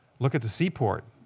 look at the seaport.